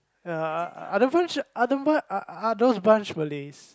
are those bunch are those are are those bunch Malays